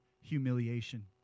humiliation